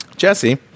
Jesse